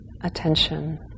attention